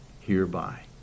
Hereby